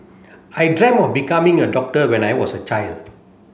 I dreamt of becoming a doctor when I was a child